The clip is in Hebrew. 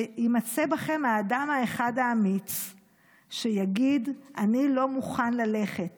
שיימצא בכם האדם האחד האמיץ שיגיד: אני לא מוכן ללכת